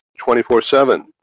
24-7